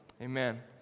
amen